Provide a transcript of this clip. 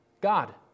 God